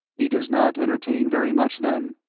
he does not entertain very much, then?